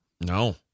No